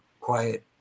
quiet